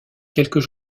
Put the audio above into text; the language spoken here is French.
quelques